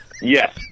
yes